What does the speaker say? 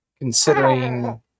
considering